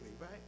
right